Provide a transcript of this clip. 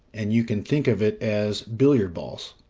and you can think of it as billiard balls.